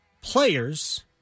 Players